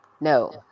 No